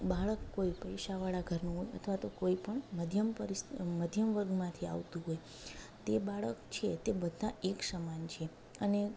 બાળક કોઈ પૈસાવાળા ઘરનો હોય અથવા તો કોઈ પણ મધ્યમ મધ્યમ વર્ગમાંથી આવતું હોય તે બાળક છે તે બધા એક સમાન છે અને